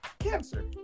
cancer